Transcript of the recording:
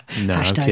No